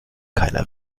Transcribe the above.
keiner